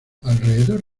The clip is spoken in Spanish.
alrededor